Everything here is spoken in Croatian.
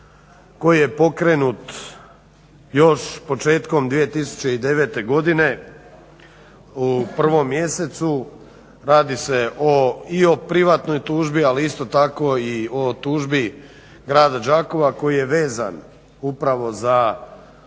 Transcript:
koji je pokrenut još početkom 2009.godine u 1.mjesecu. radi se i o privatnoj tužbi ali isto tako i tužbi grada Đakova koji je vezan upravo za